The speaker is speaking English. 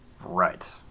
Right